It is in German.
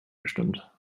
bestimmt